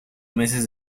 meses